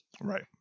Right